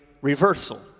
reversal